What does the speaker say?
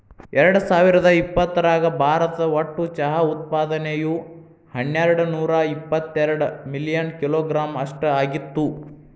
ಎರ್ಡಸಾವಿರದ ಇಪ್ಪತರಾಗ ಭಾರತ ಒಟ್ಟು ಚಹಾ ಉತ್ಪಾದನೆಯು ಹನ್ನೆರಡನೂರ ಇವತ್ತೆರಡ ಮಿಲಿಯನ್ ಕಿಲೋಗ್ರಾಂ ಅಷ್ಟ ಆಗಿತ್ತು